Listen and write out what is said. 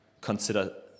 consider